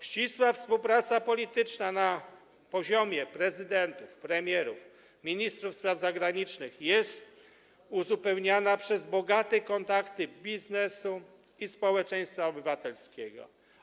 Ścisła współpraca polityczna na poziomie prezydentów, premierów i ministrów spraw zagranicznych jest uzupełniana przez bogate kontakty biznesu i społeczeństwa obywatelskiego.